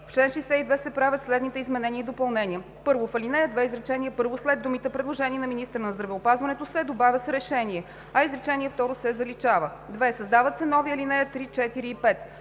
В чл. 62 се правят следните изменения и допълнения: 1. В ал. 2, изречение първо след думите „предложение на министъра на здравеопазването“ се добавя „с решение“, а изречение второ се заличава. 2. Създават се нови ал. 3, 4 и 5: